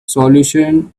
solution